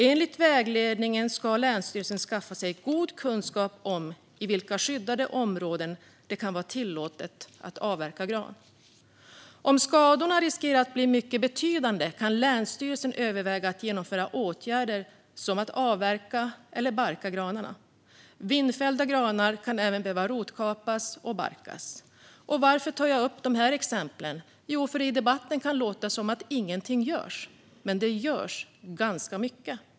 Enligt vägledningen ska länsstyrelsen skaffa sig god kunskap om i vilka skyddade områden det kan vara tillåtet att avverka gran. Om skadorna riskerar att bli betydande kan länsstyrelsen överväga att genomföra åtgärder som att avverka eller barka granar. Vindfällda granar kan även behöva rotkapas och barkas. Varför tar jag upp dessa exempel? Jo, för att det i debatten kan låta som att ingenting görs. Men det görs ganska mycket.